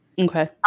Okay